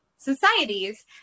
societies